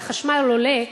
והחשמל עולה,